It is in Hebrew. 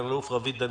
סגן-אלוף רוית דנינו,